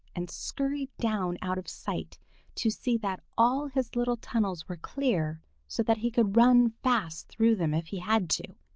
and scurried down out of sight to see that all his little tunnels were clear so that he could run fast through them if he had to.